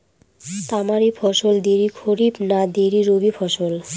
তামারি ফসল দেরী খরিফ না দেরী রবি ফসল?